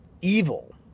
evil